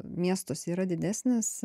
miestuose yra didesnės